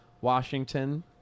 Washington